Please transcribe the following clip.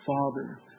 father